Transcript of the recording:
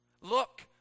look